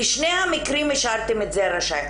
בשני המקרים השארתם את זה רשאי.